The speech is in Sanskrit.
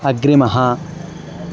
अग्रिमः